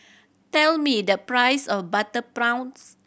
tell me the price of butter prawns